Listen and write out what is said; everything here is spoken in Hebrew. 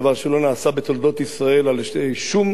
זה דבר שלא נעשה בתולדות ישראל על-ידי שום